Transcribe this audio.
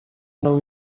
nawe